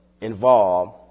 involved